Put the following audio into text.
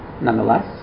nonetheless